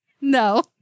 No